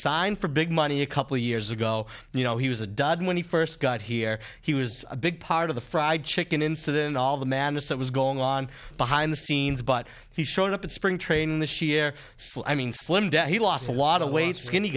signed for big money a couple of years ago you know he was a dud when he first got here he was a big part of the fried chicken incident all the madness that was going on behind the scenes but he showed up at spring training this year i mean slimmed down he lost a lot of w